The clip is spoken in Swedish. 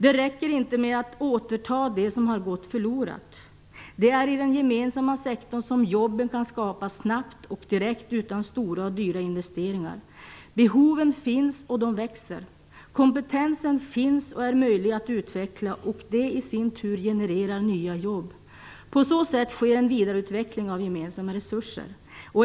Det räcker inte med att återta det som har gått förlorat. Det är i den gemensamma sektorn som jobben kan skapas snabbt och direkt, utan stora och dyra investeringar. Behoven finns, och de växer. Kompetensen finns och är möjlig att utveckla. Det genererar i sin tur nya jobb. På så sätt sker en vidareutveckling av gemensamma resurser.